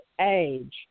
age